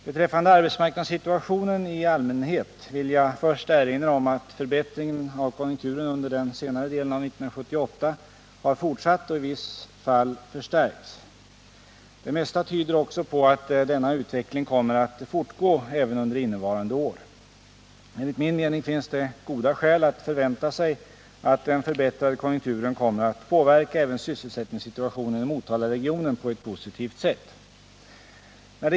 Beträffande arbetsmarknadssituationen i allmänhet vill jag först erinra om att förbättringen av konjunkturen under den senare delen av 1978 har fortsatt och i vissa fall förstärkts. Det mesta tyder också på att denna utveckling kommer att fortgå även under innevarande år. Enligt min mening finns det goda skäl att förvänta sig att den förbättrade konjunkturen kommer att påverka även sysselsättningssituationen i Motalaregionen på ett positivt sätt.